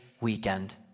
weekend